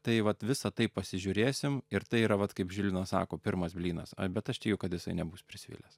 tai vat visą tai pasižiūrėsim ir tai yra vat kaip žilvinas sako pirmas blynas bet aš tikiu kad jisai nebus prisvilęs